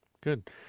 Good